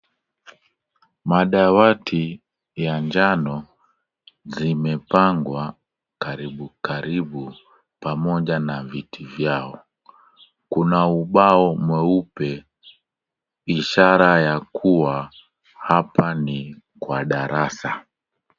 Madawati ya njano zimepangwa karibu karibu pamoja na viti vyao. Kuna ubao mweupe ishara ya kuwa hapa ni kwa darasa.